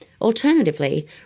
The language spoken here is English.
Alternatively